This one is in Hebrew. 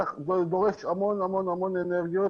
זה דורש המון המון אנרגיות,